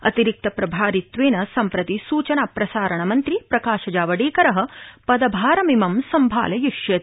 अतिरिक्तप्रभारित्वेन सम्प्रति सुचना प्रसारणमन्त्री प्रकाशजावड़ेकर पदभारमिमं सम्भालयिष्यति